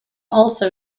also